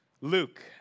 Luke